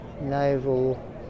naval